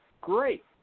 great